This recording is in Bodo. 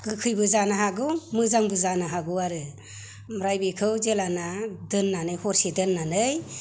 गोखैबो जानो हागौ मोजांबो जानो हागौ आरो ओमफ्राय बेखौ जेब्लाना दोननानै हरसे दोननानै